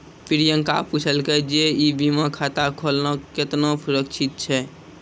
प्रियंका पुछलकै जे ई बीमा खाता खोलना केतना सुरक्षित छै?